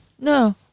no